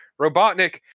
Robotnik